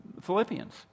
Philippians